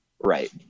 right